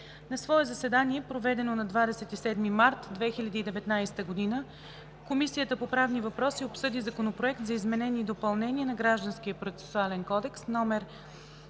На свое заседание, проведено на 27 март 2019 г., Комисията по правни въпроси обсъди Законопроект за изменение и допълнение на Гражданския процесуален кодекс, №